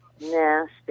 Nasty